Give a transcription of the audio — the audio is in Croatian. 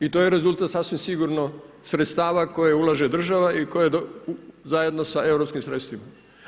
I to je rezultat sasvim sigurno sredstava koje ulaže država i koje zajedno sa europskim sredstvima.